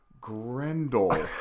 Grendel